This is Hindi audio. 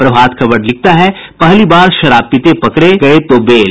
प्रभात खबर लिखता है पहली बार शराब पीते पकड़े गये तो बेल